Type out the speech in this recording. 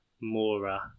Mora